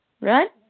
right